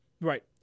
Right